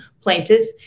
plaintiffs